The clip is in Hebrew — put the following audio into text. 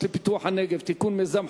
אדוני